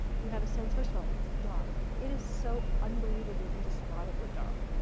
you have a sense, first of all, it's dark. it is so unbelievably, indescribably dark.